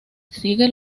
sigue